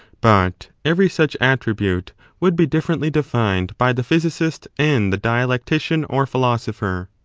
but every such attribute would be differently defined by the physicist and the dialectician or philosopher.